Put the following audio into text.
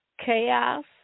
chaos